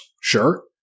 Sure